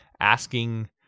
asking